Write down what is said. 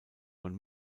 von